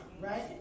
right